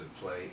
play